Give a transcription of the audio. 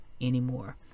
anymore